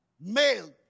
male